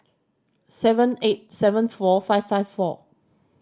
seven eight seven four five five four